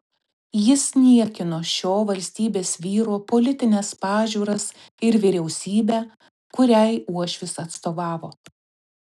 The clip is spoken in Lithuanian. jis niekino šio valstybės vyro politines pažiūras ir vyriausybę kuriai uošvis atstovavo